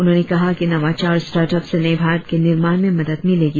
उन्होंने कहा कि नवाचार और स्टार्टअप से नये भारत के निर्माण में मदद मिलेगी